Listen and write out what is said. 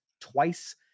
twice